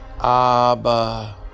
Abba